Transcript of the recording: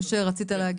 משה, רצית להגיב.